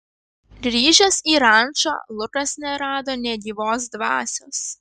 grįžęs į rančą lukas nerado nė gyvos dvasios